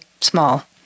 small